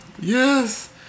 Yes